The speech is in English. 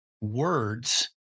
words